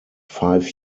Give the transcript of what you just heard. five